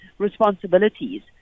responsibilities